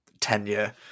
tenure